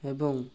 ଏବଂ